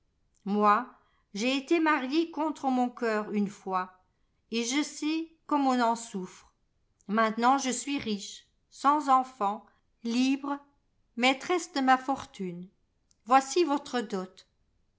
moi j'ai été mariée contre mon cœur une fois et je sais comme on en souffre maintenant je suis riche sans enfants libre maîtresse de ma fortune voici votre dot